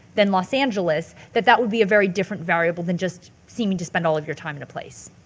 then los angeles, that that would be a very different variable than just seeming to spend all of your time in a place.